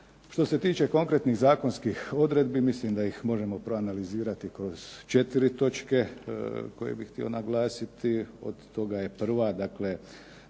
Što se tiče konkretnih zakonskih odredbi, mislim da ih možemo proanalizirati kroz četiri točke koje bih htio naglasiti od toga je prva dakle